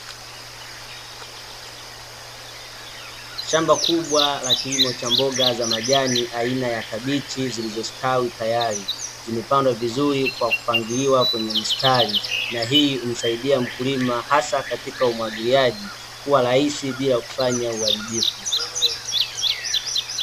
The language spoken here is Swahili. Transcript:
Shamba kubwa la kilimo cha mboga za majani aina ya kabichi zilizostawi tayari, zimepandwa vizuri kwa kupangiliwa kwenye mstari, na hii humsaidia mkulima hasa katika umwagiliaji kuwa rahisi bila kufanya uharibifu.